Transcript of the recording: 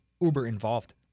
uber-involved